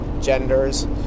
genders